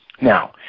Now